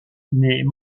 n’est